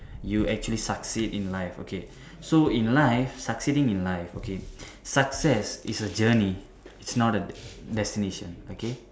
you actually succeed in life okay so in life succeeding in life okay success is a journey it is not a destination okay